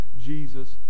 Jesus